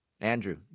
Andrew